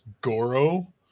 Goro